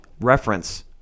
reference